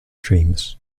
dreams